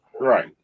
right